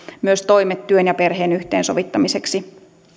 myös toimet työn ja perheen yhteensovittamiseksi